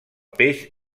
peix